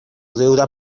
deuda